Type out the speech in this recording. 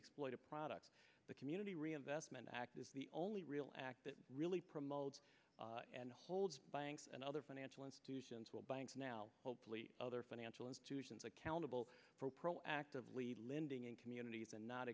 exploitive products the community reinvestment act is the only real act that really promotes and holds banks and other financial institutions will banks now hopefully other financial institutions accountable for proactively lending in communities and not